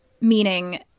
meaning